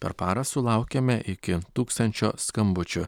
per parą sulaukiame iki tūkstančio skambučių